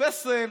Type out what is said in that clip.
פסל